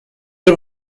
des